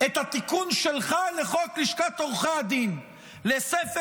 את התיקון שלך לחוק לשכת עורכי הדין לספר